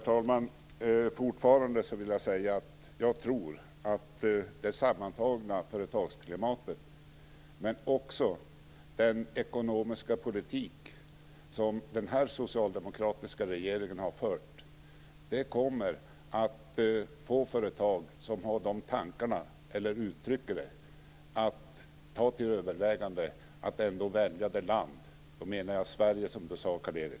Herr talman! Jag tror fortfarande att det sammantagna företagsklimatet, men också den ekonomiska politik som den här socialdemokratiska regeringen har fört, kommer att få företag som har de tankarna, eller uttrycker dem, att överväga att ändå välja att stanna i detta land med sin produktion.